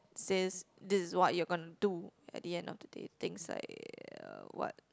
says this is what you're gonna do at the end of the day things like uh what